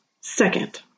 Second